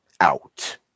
out